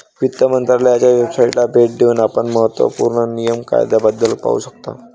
वित्त मंत्रालयाच्या वेबसाइटला भेट देऊन आपण महत्त्व पूर्ण नियम कायद्याबद्दल पाहू शकता